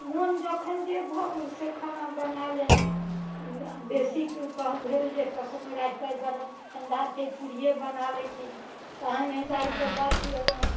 मोन जखन जे भऽ गेल से खाना बना लेलहुँ बेसी कहब भेल जे कखनो रातिके गरम ठण्डा छै पूड़िए बना लै छी तऽ हाँइ हाँइ दालिके बाथि लेलहुँ